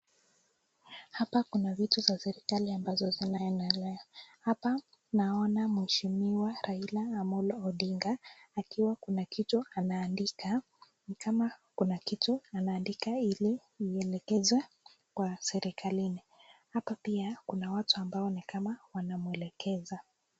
Hapa Kuna vitu za serikali ambazo zinaonelewa. Hapa naona mheshimiwa Raila Amolo Odinga akiwa kuna kitu ana andika, ni kama kuna kitu ana andika ili ielejezwe kwa serkalini. Hapa pia Kuna watu ambao ni kama Wana melekeza.